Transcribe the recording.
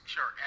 Sure